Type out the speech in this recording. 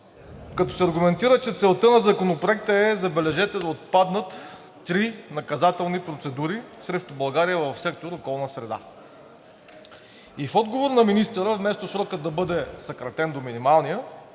като се аргументира, че целта на Законопроекта е, забележете, да отпаднат три наказателни процедури срещу България в сектор „Околна среда“. И в отговор на министъра, вместо срокът да бъде съкратен до минималния,